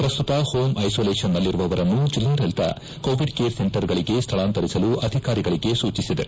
ಪ್ರಸ್ತುತ ಹೋಂ ಐಸೋಲೇನ್ನಲ್ಲಿರುವವರನ್ನು ಜಿಲ್ಲಾಡಳಿತ ಕೋವಿಡ್ ಕೇರ್ ಸೆಂಟರ್ಗಳಿಗೆ ಸ್ಥಳಾಂತರಿಸಲು ಅಧಿಕಾರಿಗಳಿಗೆ ಸೂಚಿಸಿದೆ